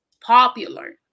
popular